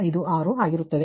556 ಆಗುತ್ತದೆ